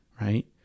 right